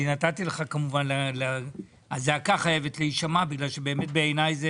אני נתתי לך כמובן להעלות אותו כי הזעקה חייבת להישמע כי בעיניי זה